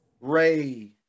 Ray